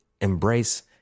embrace